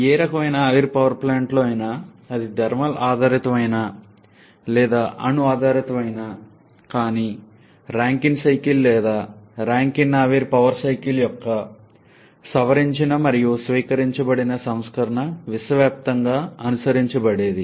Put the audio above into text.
ఏ రకమైన ఆవిరి పవర్ ప్లాంట్లో అయినా అది థర్మల్ ఆధారితమైనా లేదా అణు ఆధారితమైనా కానీ రాంకైన్ సైకిల్ లేదా ర్యాంకైన్ ఆవిరి పవర్ సైకిల్ యొక్క సవరించిన మరియు స్వీకరించబడిన సంస్కరణ విశ్వవ్యాప్తంగా అనుసరించబడేది